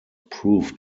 proved